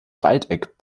waldeck